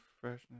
freshness